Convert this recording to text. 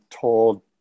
told